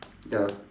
ya